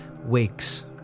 wakes